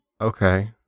okay